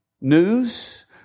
news